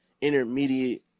intermediate